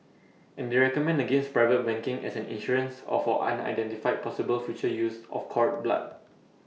and they recommend against private banking as an insurance or for unidentified possible future use of cord blood